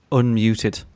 unmuted